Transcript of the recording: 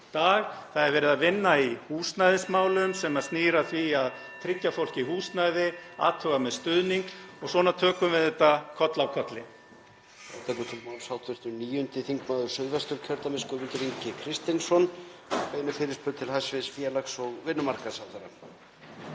Það er verið að vinna í húsnæðismálum (Forseti hringir.) sem snýr að því að tryggja fólki húsnæði, athuga með stuðning og svona tökum við þetta koll af kolli.